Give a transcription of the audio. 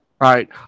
right